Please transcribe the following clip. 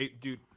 Dude